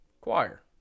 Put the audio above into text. choir